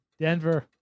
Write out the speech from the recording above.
Denver